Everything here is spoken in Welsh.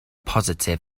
positif